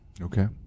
Okay